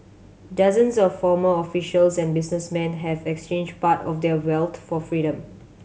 dozens of former officials and businessmen have exchanged part of their wealth for freedom